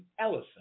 Ellison